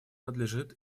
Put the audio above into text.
надлежит